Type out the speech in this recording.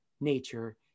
nature